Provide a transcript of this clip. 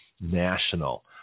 National